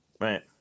Right